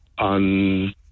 on